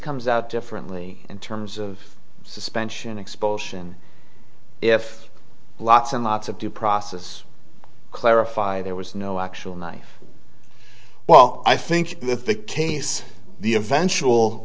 comes out differently in terms of suspension and expulsion if lots and lots of due process clarify there was no actual knife well i think that the case the eventual